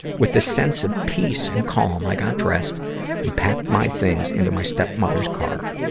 with a sense of peace and calm, i got dressed and packed my things into my stepmother's car.